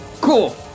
Cool